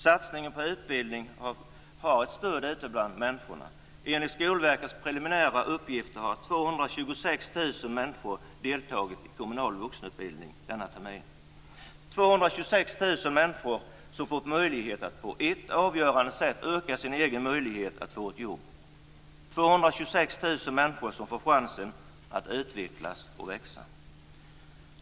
Satsningen på utbildning har stöd ute bland människorna. Enligt Skolverkets preliminära uppgifter har 226 000 personer deltagit i kommunal vuxenutbildning denna termin. 226 000 personer har alltså fått möjlighet att på ett avgörande sätt öka sina möjligheter att få ett jobb. 226 000 personer får chansen att utvecklas och växa.